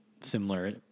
similar